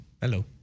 Hello